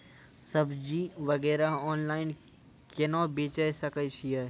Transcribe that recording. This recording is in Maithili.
सब्जी वगैरह ऑनलाइन केना बेचे सकय छियै?